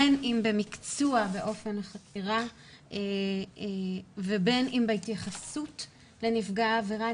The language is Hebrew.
בין אם במקצוע ואופן החקירה ובין אם בהתייחסות לנפגע עבירה,